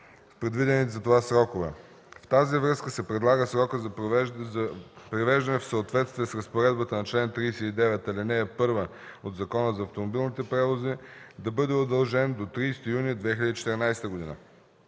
предвидените за това срокове. В тази връзка се предлага срокът за привеждане в съответствие с разпоредбата на чл. 39, ал. 1 от Закона за автомобилните превози да бъде удължен до 30 юни 2014 г.